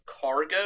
Cargo